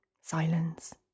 Silence